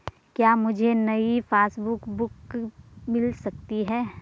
क्या मुझे नयी पासबुक बुक मिल सकती है?